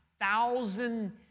thousand